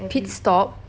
pit stop